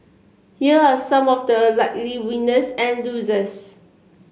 here are some of the likely winners and losers